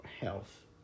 health